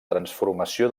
transformació